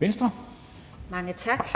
(V): Mange tak.